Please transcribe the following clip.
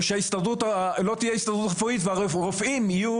או שלא תהיה הסתדרות רפואית והרופאים יהיו